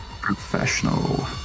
Professional